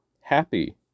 Happy